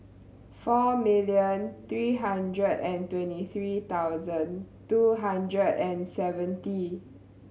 four million three hundred and twenty three thousand two hundred and seventy